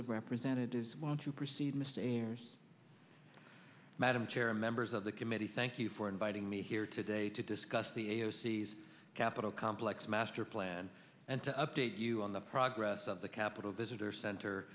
of representatives want to proceed missed a years madam chair and members of the committee thank you for inviting me here today to discuss the a o c's capitol complex master plan and to update you on the progress of the capitol visitor center